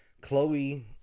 Chloe